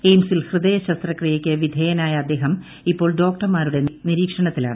എയിംസിൽ ഹൃദയ ശസ്ത്രക്രിയയ്ക്ക് വിധേയനായ അദ്ദേഹം ഇപ്പോൾ ഡോക്ടർമാരുടെ നിരീക്ഷണത്തിലാണ്